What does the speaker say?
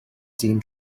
dyn